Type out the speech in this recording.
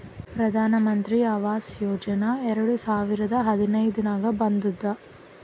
ಪ್ರಧಾನ್ ಮಂತ್ರಿ ಆವಾಸ್ ಯೋಜನಾ ಎರಡು ಸಾವಿರದ ಹದಿನೈದುರ್ನಾಗ್ ಬಂದುದ್